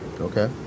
Okay